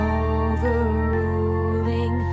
overruling